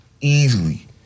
easily